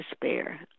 despair